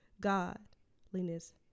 godliness